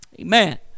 Amen